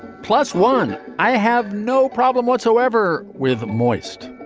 plus one. i have no problem whatsoever with moist.